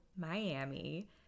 Miami